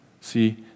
See